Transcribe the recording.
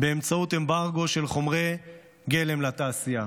באמצעות אמברגו של חומרי גלם לתעשייה.